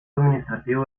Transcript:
administrativo